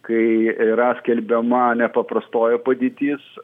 kai yra skelbiama nepaprastoji padėtis